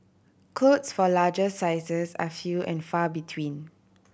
clothes for larger sizes are few and far between